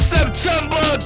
September